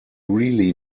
really